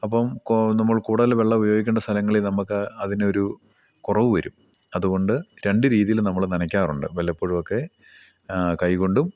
അപ്പം കോ നമ്മൾ കൂടുതൽ വെള്ളം ഉപയോഗിക്കേണ്ട സ്ഥലങ്ങളിൽ നമുക്ക് അതിനൊരു കുറവ് വരും അതു കൊണ്ട് രണ്ടു രീതിയിൽ നമ്മൾ നനയ്ക്കാറുണ്ട് വല്ലപ്പോഴുമൊക്കെ കൈ കൊണ്ടും